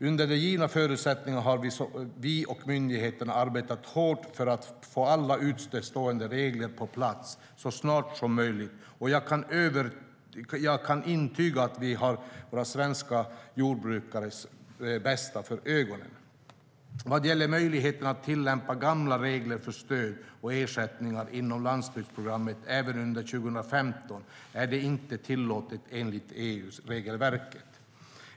Under de givna förutsättningarna har vi och myndigheterna arbetat hårt för att få alla utestående regler på plats så snart som möjligt, och jag kan intyga att vi har våra svenska jordbrukares bästa för ögonen. Vad gäller möjligheten att tillämpa gamla regler för stöd och ersättningar inom landsbygdsprogrammet även under 2015 är detta inte tillåtet enligt EU-regelverket.